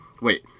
Wait